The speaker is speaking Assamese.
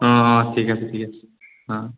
অঁ অঁ ঠিক আছে ঠিক আছে অঁ